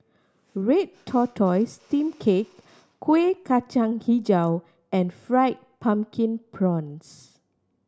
red tortoise steamed cake Kueh Kacang Hijau and Fried Pumpkin Prawns